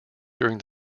during